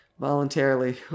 Voluntarily